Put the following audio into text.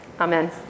Amen